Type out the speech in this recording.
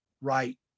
right